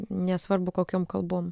nesvarbu kokiom kalbom